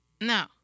no